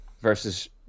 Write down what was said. versus